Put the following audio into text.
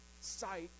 sight